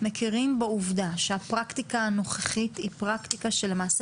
מכירים בעובדה שהפרקטיקה הנוכחית היא פרקטיקה שלמעשה